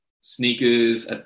sneakers